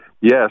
yes